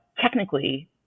technically